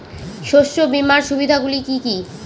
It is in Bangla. শস্য বিমার সুবিধাগুলি কি কি?